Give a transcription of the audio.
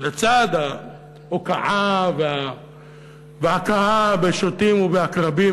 לצד ההוקעה וההכאה בשוטים ובעקרבים,